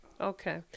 Okay